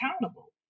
accountable